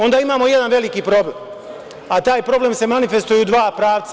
Onda imamo jedan veliki problem, a taj problem se manifestuje u dva pravca.